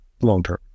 long-term